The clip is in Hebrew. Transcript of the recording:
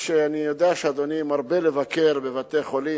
אני יודע שאדוני מרבה לבקר בבתי-חולים,